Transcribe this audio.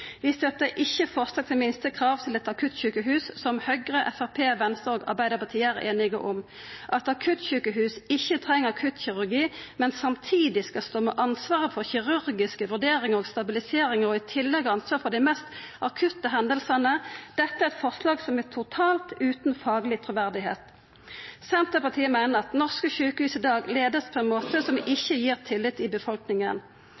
Vi støttar ikkje forslag til minstekrav til eit akuttsjukehus som Høgre, Framstegspartiet, Venstre og Arbeidarpartiet er einige om. At akuttsjukehus ikkje treng akuttkirurgi, men samtidig skal stå med ansvaret for kirurgiske vurderingar og stabiliseringar og i tillegg ha ansvaret for dei mest akutte hendingane – det er eit forslag som er totalt utan fagleg truverde. Senterpartiet meiner at norske sjukehus i dag vert leia på ein måte som